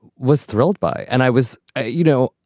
was thrilled by. and i was ah you know,